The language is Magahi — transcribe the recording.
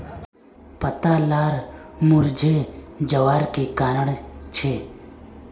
पत्ता लार मुरझे जवार की कारण छे?